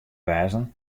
wêzen